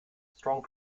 strong